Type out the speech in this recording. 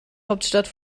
hauptstadt